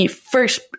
first